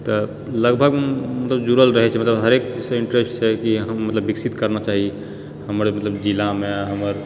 तऽ लगभग जुड़ल रहैत छेै मतलब हरेक से इन्टरेस्ट छै कि हँ मतलब विकसित करना चाही हमर मतलब जिलामे हमर